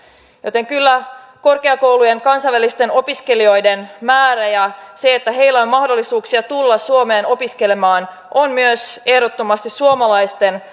joten kyllä korkeakoulujen kansainvälisten opiskelijoiden määrä ja se että heillä on mahdollisuuksia tulla suomeen opiskelemaan on myös ehdottomasti suomalaisten